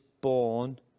born